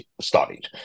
studied